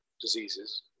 diseases